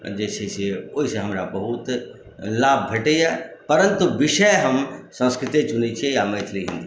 जे छै से ओहिसँ हमरा बहुत लाभ भेटैया परन्तु विषय हम सन्स्कृते चुनैत छियै या मैथिली हिन्दी